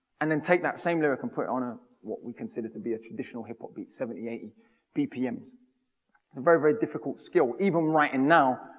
and then take that same lyric and put it on a. what we consider to be a traditional hip hop beat, seventy eighty bpm. a and very very difficult skill. even writing now,